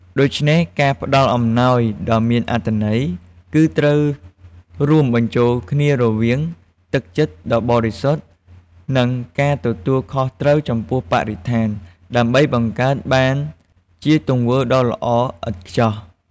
ដូច្នេះ ការផ្តល់អំណោយដ៏មានអត្ថន័យ គឺត្រូវរួមបញ្ចូលគ្នារវាង ទឹកចិត្តដ៏បរិសុទ្ធ និង ការទទួលខុសត្រូវចំពោះបរិស្ថាន ដើម្បីបង្កើតបានជាទង្វើដ៏ល្អឥតខ្ចោះ។